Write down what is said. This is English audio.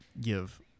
give